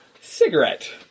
cigarette